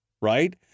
right